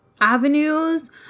avenues